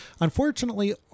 Unfortunately